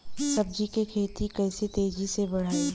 सब्जी के खेती के कइसे तेजी से बढ़ाई?